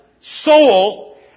soul